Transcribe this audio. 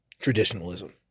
traditionalism